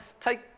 take